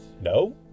No